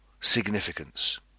significance